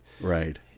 right